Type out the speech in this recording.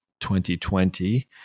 2020